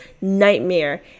nightmare